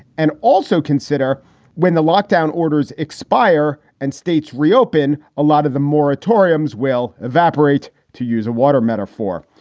and also consider when the lockdown orders expire and states reopen, a lot of the moratoriums will evaporate, to use a water metaphor.